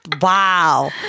wow